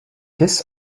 this